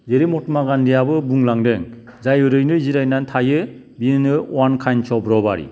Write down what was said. जेरै महात्मा गान्धीआबो बुंलांदों जाय ओरैनो जिरायनानै थायो बियो नो अवान काइन्डस अफ रबारि